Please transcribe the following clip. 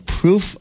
proof